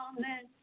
Amen